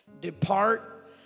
Depart